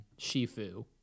Shifu